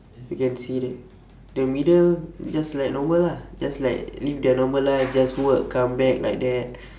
you can see that the middle just like normal ah just like live their normal life just work come back like that